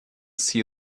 see